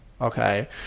okay